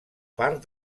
part